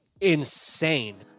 insane